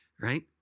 right